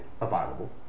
available